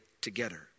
together